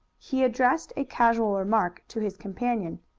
he addressed a casual remark to his companion,